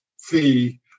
fee